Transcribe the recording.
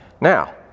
Now